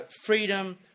Freedom